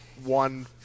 one